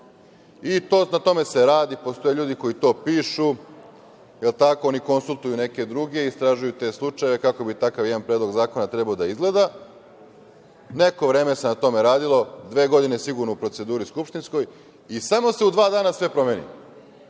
na tome se radi, postoje ljudi koji to pišu, jel tako, oni konsultuju neke druge, istražuju te slučajeve kako bi takav jedan predlog zakona trebao da izgleda, neko vreme se na tome radilo, dve godine sigurno u skupštinskoj proceduri i samo se u dva dana sve promeni,